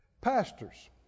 Pastors